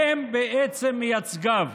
הם בעצם מייצגיו,